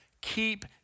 Keep